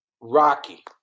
Rocky